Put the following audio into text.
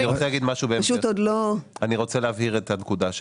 אני רוצה להבהיר את הנקודה.